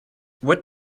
what